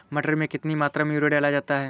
मटर में कितनी मात्रा में यूरिया डाला जाता है?